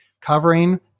covering